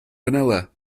vanilla